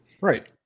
right